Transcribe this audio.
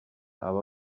aba